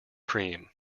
cream